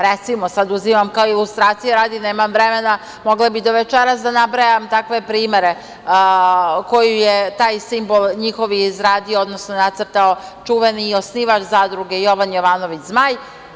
Recimo, sada uzimam ilustracije radi, nemam vremena, mogla bih do večeras da nabrajam takve primere koji je taj simbol njihov izradio, odnosno nacrtao, čuveni osnivač zadruge Jovan Jovanović Zmaj.